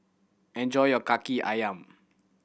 enjoy your Kaki Ayam